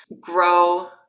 grow